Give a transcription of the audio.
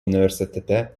universitete